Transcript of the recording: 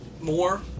more